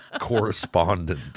correspondent